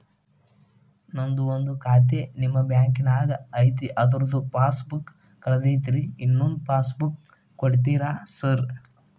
ನಂದು ಒಂದು ಖಾತೆ ನಿಮ್ಮ ಬ್ಯಾಂಕಿನಾಗ್ ಐತಿ ಅದ್ರದು ಪಾಸ್ ಬುಕ್ ಕಳೆದೈತ್ರಿ ಇನ್ನೊಂದ್ ಪಾಸ್ ಬುಕ್ ಕೂಡ್ತೇರಾ ಸರ್?